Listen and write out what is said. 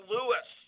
Lewis